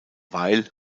weil